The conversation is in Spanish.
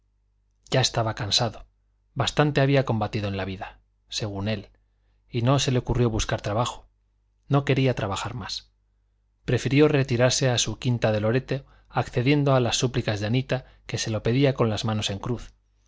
ya estaba cansado bastante había combatido en la vida según él y no se le ocurrió buscar trabajo no quería trabajar más prefirió retirarse a su quinta de loreto accediendo a las súplicas de anita que se lo pedía con las manos en cruz